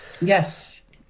yes